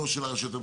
וזו מטרת הסעיף.